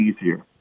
easier